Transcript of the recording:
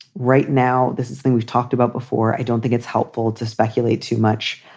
right now. this is thing we've talked about before. i don't think it's helpful to speculate too much.